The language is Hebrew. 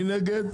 מי נגד?